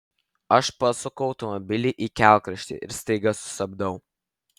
aš pasuku automobilį į kelkraštį ir staiga sustabdau